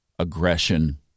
aggression